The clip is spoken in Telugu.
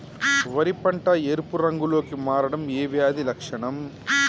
వరి పంట ఎరుపు రంగు లో కి మారడం ఏ వ్యాధి లక్షణం?